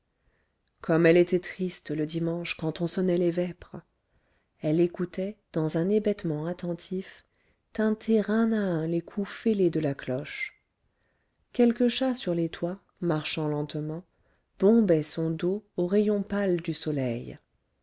comme elle était triste le dimanche quand on sonnait les vêpres elle écoutait dans un hébétement attentif tinter un à un les coups fêlés de la cloche quelque chat sur les toits marchant lentement bombait son dos aux rayons pâles du soleil